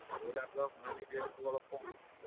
বইলাৰটোৰ আৰু সোণালীটোৰ ৰেটটো অলপ কম